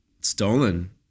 stolen